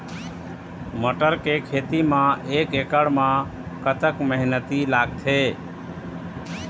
मटर के खेती म एक एकड़ म कतक मेहनती लागथे?